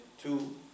two